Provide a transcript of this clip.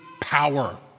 power